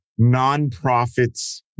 nonprofits